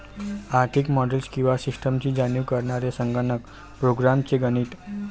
आर्थिक मॉडेल्स किंवा सिस्टम्सची जाणीव करणारे संगणक प्रोग्राम्स चे गणित